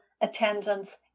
attendance